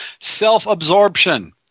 Self-absorption